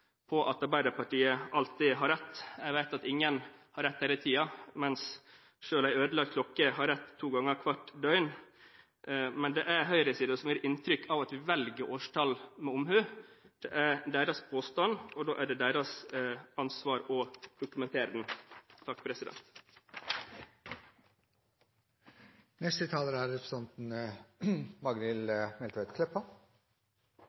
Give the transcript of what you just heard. på at Arbeiderpartiet alltid har rett. Jeg vet at ingen har rett hele tiden, men selv en ødelagt klokke har rett to ganger hvert døgn. Det er høyresiden som gir inntrykk av at vi velger årstall med omhu. Det er deres påstand, og da er det deres ansvar å dokumentere den.